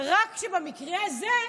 רק שבמקרה הזה,